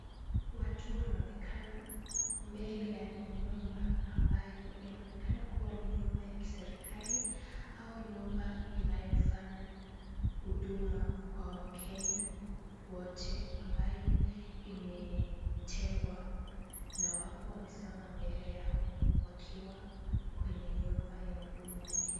Watu wanaonekana mbele ya nyumba ambayo inaonekana kuwa ni nyumba ya kiserikali au nyumba inayofanya huduma kwa wakenya wote ambayo imetengwa na wapo wamesimama mbele yao wakiwa kwenye nyumba ya huduma ya Kenya.